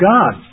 God